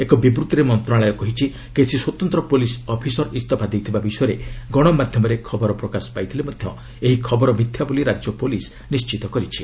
ଏକ ବିବୃଭିରେ ମନ୍ତ୍ରଣାଳୟ କହିଛି କିଛି ସ୍ୱତନ୍ତ୍ର ପୁଲିସ୍ ଅଫିସର ଇସ୍ତଫା ଦେଇଥିବା ବିଷୟରେ ଗଣମାଧ୍ୟମରେ ଖବର ପ୍ରକାଶ ପାଇଥିଲେ ମଧ୍ୟ ଏହି ଖବର ମିଥ୍ୟା ବୋଲି ରାଜ୍ୟ ପୁଲିସ୍ ନିଶ୍ଚିତ କରିଛି